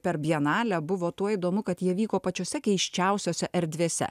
per bienalę buvo tuo įdomu kad jie vyko pačiose keisčiausiose erdvėse